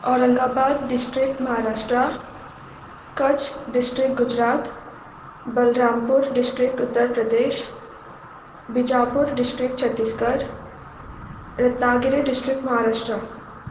Aurangabad district Maharashtra Kutch district Gujarat Balrampur district Uttar Pradesh Bijapur district Chhattisgarh Ratnagiri district Maharashtra